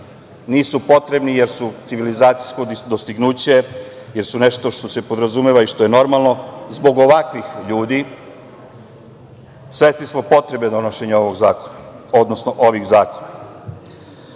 nisu potrebni jer su civilizacijsko dostignuće, jer su nešto što se podrazumeva i što je normalno zbog ovakvih ljudi, svesni smo potrebe donošenja ovog zakona,